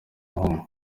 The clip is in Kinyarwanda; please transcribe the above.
muhungu